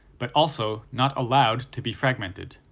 but also not allowed to be fragmented.